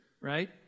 right